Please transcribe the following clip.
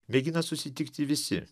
mėgina susitikti visi